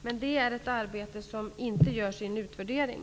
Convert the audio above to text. Det är ett arbete som inte görs i en utvärdering.